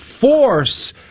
force